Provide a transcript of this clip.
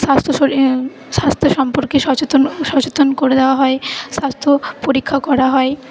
স্বাস্থ্য শরীর স্বাস্থ্য সম্পর্কে সচেতন সচেতন করে দেওয়া হয় স্বাস্থ্য পরীক্ষা করা হয়